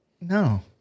no